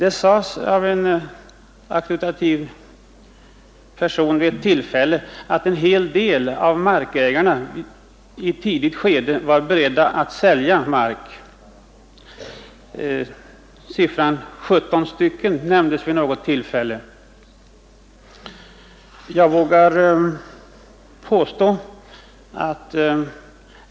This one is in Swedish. En auktoritativ person sade vid ett tillfälle att en hel del av markägarna i ett tidigt skede var beredda att sälja sin mark. Vid något tillfälle angavs antalet till 17.